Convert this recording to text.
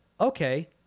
okay